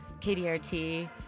KDRT